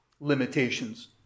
limitations